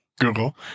google